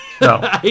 No